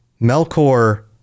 Melkor